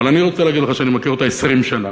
אבל אני רוצה להגיד לך שאני מכיר אותה 20 שנה,